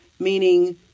Meaning